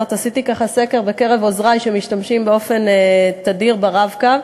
עשיתי סקר בקרב עוזרי שמשתמשים באופן תדיר ב"רב-קו".